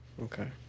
okay